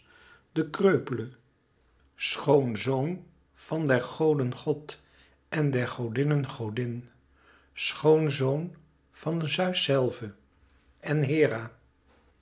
den kreupele schoon zoon van der goden god en der godinnen godin schoon zoon van zeus zèlven en hera